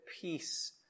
peace